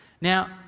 Now